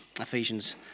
Ephesians